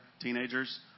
teenagers